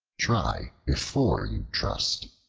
try before you trust.